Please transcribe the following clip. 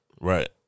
Right